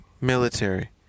Military